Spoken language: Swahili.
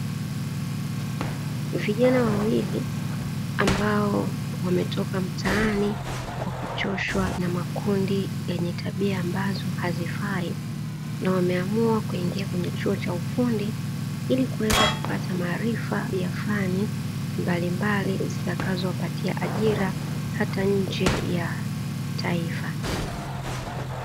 Vijana wawili ambao wametoka mtaani kwa kuchoshwa na makundi yenye tabia ambazo hazifai na wameamua kuingia kwenye chuo cha ufundi, ili kuweza kupata maarifa ya fani mbalimbali zitakazo wapatia ajira hata nje ya taifa.